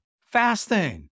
fasting